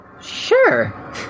Sure